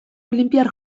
olinpiar